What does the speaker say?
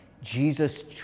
Jesus